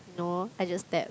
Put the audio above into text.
no I just tap